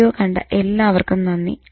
video കണ്ട എല്ലാവർക്കും നന്ദി